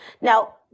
Now